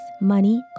money